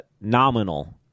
nominal